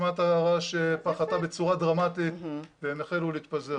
עוצמת הרעש פחתה בצורה דרמטית והם החלו להתפזר